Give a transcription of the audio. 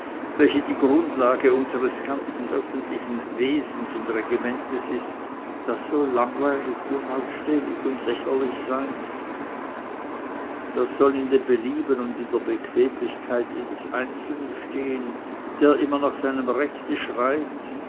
welche die grundlage unsers ganzen öffentlichen wesens und regimentes ist das soll langweilig unausstehlich und lächerlich sein das soll in dem belieben und in der bequemlichkeit jedes einzelnen stehen der immer nach seinem rechte schreit